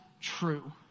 true